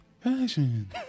Passion